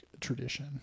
tradition